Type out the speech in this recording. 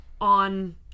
on